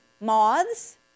Moths